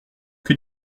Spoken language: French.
que